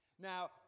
Now